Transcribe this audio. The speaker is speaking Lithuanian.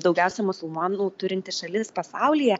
daugiausiai musulmonų turinti šalis pasaulyje